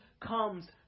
comes